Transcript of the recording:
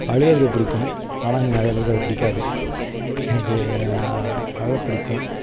அழுகறது பிடிக்கும் ஆனால் இங்கே நிறையா பேருக்கு அது பிடிக்காது எனக்கு அழப் பிடிக்கும்